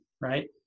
right